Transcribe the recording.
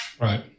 Right